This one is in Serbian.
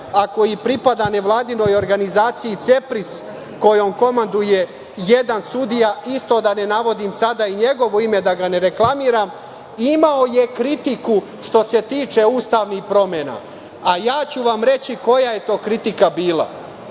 ako i pripada nevladinoj organizaciji CEPRIS, kojom komanduje jedan sudija, isto da ne navodim sada i njegovo ime, da ga ne reklamiram, imao je kritiku što se tiče ustavnih promena, a ja ću vam reći koja je to kritika bila.